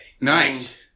Nice